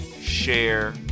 share